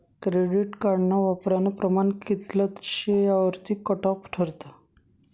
credit कार्डना वापरानं प्रमाण कित्ल शे यावरतीन कटॉप ठरस